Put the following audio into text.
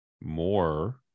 more